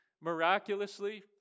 miraculously